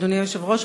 אדוני היושב-ראש,